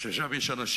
ויש שם אנשים,